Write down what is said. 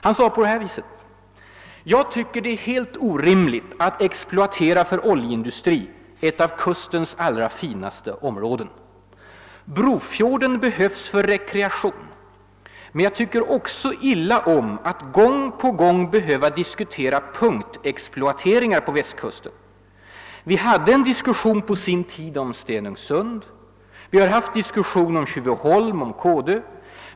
Denne sade på följande sätt: »Ja, jag tycker det är helt orimligt att exploatera för oljeindustri ett av kustens allra finaste områden. Brofjorden behövs för rekreation. Men jag tycker också illa om att gång på gång behöva diskutera punktexploateringar på Västkusten. Vi hade en diskussion på sin tid om Stenungsund. Vi har haft diskussion om Tjuvöholm, om Kodö.